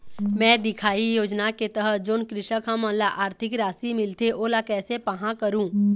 मैं दिखाही योजना के तहत जोन कृषक हमन ला आरथिक राशि मिलथे ओला कैसे पाहां करूं?